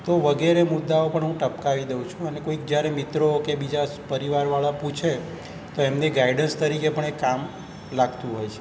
તો વગેરે મુદ્દાઓ પણ હું ટપકાવી દઉં છું અને કોઈક જ્યારે મિત્રો કે બીજા પરિવારવાળા પૂછે તો એમની ગાઈડન્સ તરીકે પણ એ કામ લાગતું હોય છે